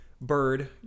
bird